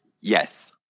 Yes